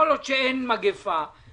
כל עוד אין מגפה,